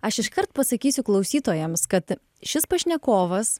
aš iškart pasakysiu klausytojams kad šis pašnekovas